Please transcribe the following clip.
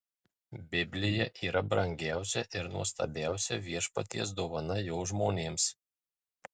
biblija yra brangiausia ir nuostabiausia viešpaties dovana jo žmonėms